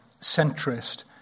centrist